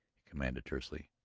he commanded tersely.